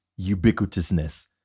ubiquitousness